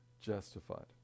justified